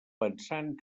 pensant